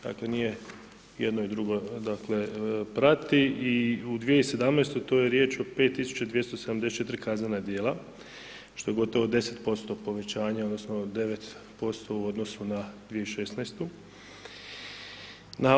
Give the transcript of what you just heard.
Dakle, nije jedno i drugo, dakle, prati i u 2017.-toj, to je riječ o 5274 kaznena djela, što je gotovo 10% povećanja odnosno 9% u odnosu na 2016.-tu.